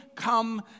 come